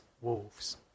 wolves